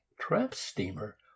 tramp-steamer